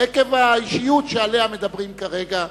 עקב האישיות שעליה מדברים כרגע,